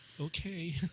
Okay